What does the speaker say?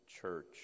church